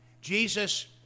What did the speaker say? Jesus